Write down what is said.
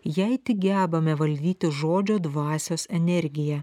jei tik gebame valdyti žodžio dvasios energiją